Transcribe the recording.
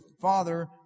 Father